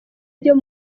byo